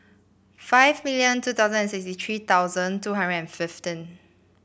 five million two thousand and sixty three thousand two hundred and fifteen